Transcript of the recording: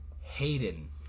Hayden